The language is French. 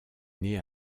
née